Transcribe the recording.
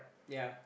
ya